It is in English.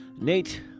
Nate